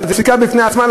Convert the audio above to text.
זו פסיקה בפני עצמה,